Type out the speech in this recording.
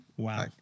Wow